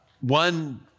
One